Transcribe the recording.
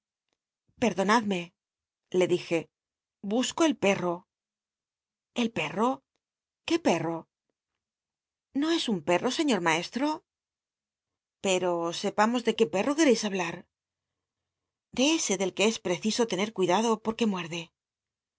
perdonadme le dije hu co el peno el perro qué perro no es un perro señor maestro pero sepamos de que perro quereis hablar de ese del que es preciso tener cuidado porque muci'dc